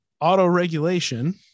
Auto-regulation